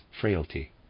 frailty